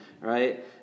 Right